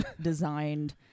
designed